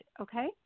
okay